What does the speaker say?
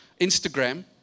Instagram